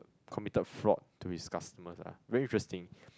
committed fraud to his customers ah very interesting